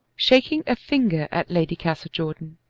shaking a finger at lady castlejordan.